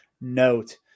note